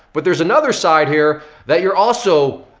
but there's another side here that you're also,